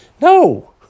no